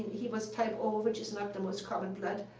he was type o, which is not the most common blood,